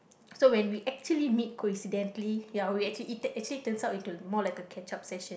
so when we actually meet coincidentally ya we actually actually turns out into more like a catch up session